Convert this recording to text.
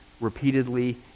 repeatedly